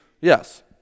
Yes